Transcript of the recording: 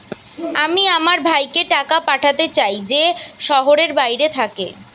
আমি আমার ভাইকে টাকা পাঠাতে চাই যে শহরের বাইরে থাকে